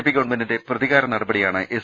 P ഗവൺമെന്റിന്റെ പ്രതികാര നടപടിയാണ് എസ്